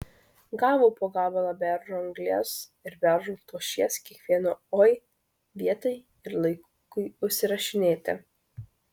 gavo po gabalą beržo anglies ir beržo tošies kiekvieno oi vietai ir laikui užsirašinėti